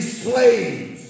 slaves